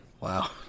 Wow